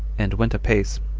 and went apace,